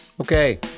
Okay